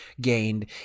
gained